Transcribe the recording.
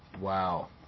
Wow